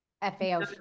FAO